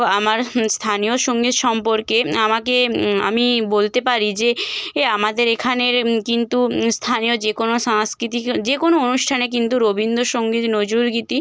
আমার স্থানীয় সঙ্গীত সম্পর্কে আমাকে আমি বলতে পারি যে এ আমাদের এখানের কিন্তু স্থানীয় যে কোনো সাংস্কৃতিক যে কোনো অনুষ্ঠানে কিন্তু রবীন্দ্রসঙ্গীত নজরুলগীতি